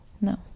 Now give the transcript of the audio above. No